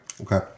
Okay